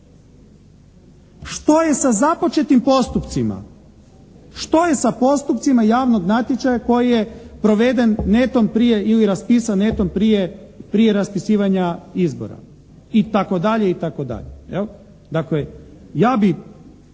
Što je sa započetim postupcima? Što je sa postupcima javnog natječaja koji je proveden netom prije ili raspisan netom prije raspisivanja izbora? I tako dalje. Dakle,